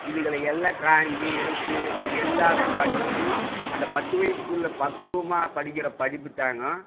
இதுகளை எல்லாம் ட்ராயிங்கி எழுத்து எல்லாம் படித்து அந்த பத்து வயசுக்குள்ளே பக்குவமாக படிக்கிற படிப்புதாங்க